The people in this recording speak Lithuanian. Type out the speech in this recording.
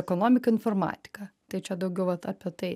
ekonomika informatika tai čia daugiau vat apie tai